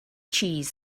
cheese